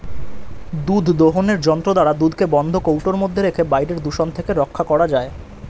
দুধ দোহনের যন্ত্র দ্বারা দুধকে বন্ধ কৌটোর মধ্যে রেখে বাইরের দূষণ থেকে রক্ষা করা যায়